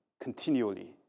continually